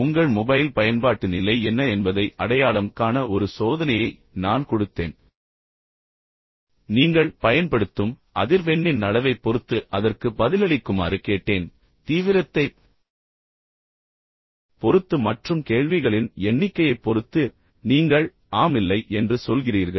உங்கள் மொபைல் பயன்பாட்டு நிலை என்ன என்பதை அடையாளம் காண ஒரு சோதனையை நான் கொடுத்தேன் நீங்கள் உண்மையில் மோபோர்க்ஸ் ஆகிவிட்டீர்களா பின்னர் நீங்கள் பயன்படுத்தும் அதிர்வெண்ணின் அளவைப் பொறுத்து அதற்கு பதிலளிக்குமாறு கேட்டேன் தீவிரத்தைப் பொறுத்து மற்றும் கேள்விகளின் எண்ணிக்கையைப் பொறுத்து நீங்கள் ஆம் இல்லை என்று சொல்கிறீர்கள்